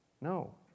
no